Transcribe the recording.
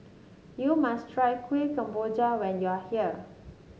you must try Kuih Kemboja when you are here